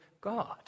God